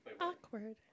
Awkward